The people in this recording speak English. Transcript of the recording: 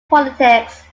politics